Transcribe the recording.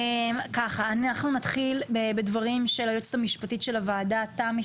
אנחנו נתחיל בדברים של היועצת המשפטית של הוועדה תמי,